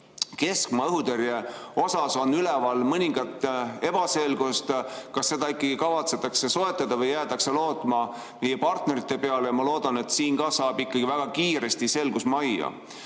Keskmaa õhutõrje puhul on mõningat ebaselgust, kas seda ikkagi kavatsetakse soetada või jäädakse lootma partnerite peale. Ma loodan, et ka siin saab ikkagi väga kiiresti selgus majja,